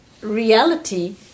reality